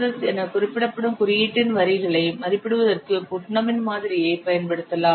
Ss என குறிப்பிடப்படும் குறியீட்டின் வரிகளை மதிப்பிடுவதற்கு புட்னமின் மாதிரியைப் பயன்படுத்தலாம்